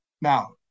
Now